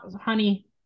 honey